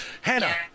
Hannah